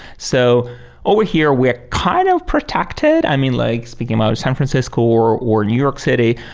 so over here, we're kind of protected. i mean, like speaking about san francisco or or new york city,